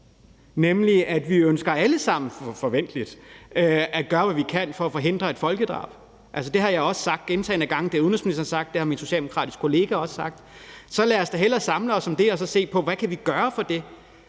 nemlig at vi alle sammen, forventeligt, ønsker at gøre, hvad vi kan, for at forhindre et folkedrab. Altså, det har jeg også sagt gentagne gange, det har udenrigsministeren sagt, det har min socialdemokratiske kollega også sagt. Så lad os da hellere samle os om det og så se på, hvad vi kan gøre for det.